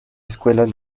escuelas